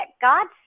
God